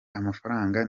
amafaranga